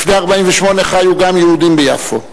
לפני 1948 חיו גם יהודים ביפו.